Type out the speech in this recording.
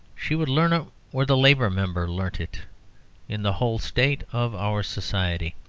she would learn it where the labour member learnt it in the whole state of our society.